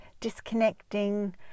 disconnecting